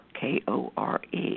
K-O-R-E